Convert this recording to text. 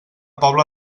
pobla